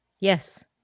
Yes